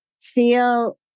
feel